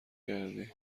کردی